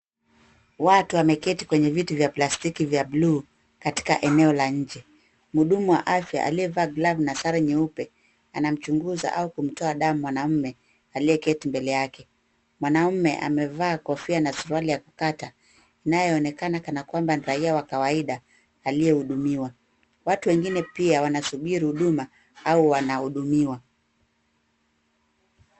Watu wameketi kwenye viti vya plastiki vya bluu katika eneo la nje. Mhudumu wa afya aliyevaa glavu na sare nyeupe anamchunguza au kumtoa damu mwanaume aliyeketi mbele yake. Mwanaume amevaa kofia na suruali ya kukata inayoonaonekana kana kwamba raia wa kawaida aliyehudumiwa. Watu wengine pia wanasubiri huduma au wanahudumiwa.